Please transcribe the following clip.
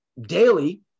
daily